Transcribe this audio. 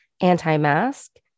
anti-mask